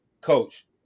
coach